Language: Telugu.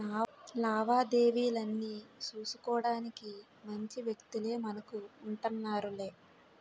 లావాదేవీలన్నీ సూసుకోడానికి మంచి వ్యక్తులే మనకు ఉంటన్నారులే